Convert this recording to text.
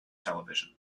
television